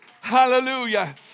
Hallelujah